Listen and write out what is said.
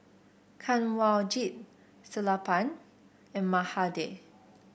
Kanwaljit Sellapan and Mahade